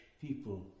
people